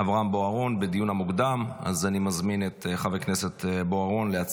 של חבר הכנסת אביחי אברהם בוארון, לדיון המוקדם.